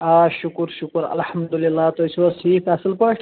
آ شُکر شُکر الحمد اللہ تُہی چھِوحظ ٹھیٖک اصٕل پٲٹھۍ